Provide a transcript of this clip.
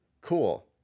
Cool